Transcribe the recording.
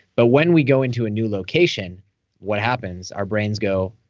but when we go into a new location what happens? our brains go,